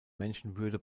menschenwürde